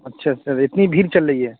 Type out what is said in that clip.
اچھا سر اتنی بھیڑ چل رہی ہے